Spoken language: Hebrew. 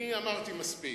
אני אמרתי מספיק.